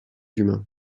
humain